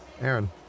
Aaron